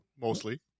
Mostly